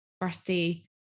birthday